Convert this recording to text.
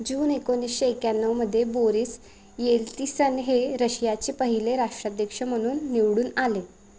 जून एकोणीसशे एक्याण्णवमध्ये Boris Yeltsin हे रशियाचे पहिले राष्ट्राध्यक्ष म्हणून निवडून आले